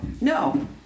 No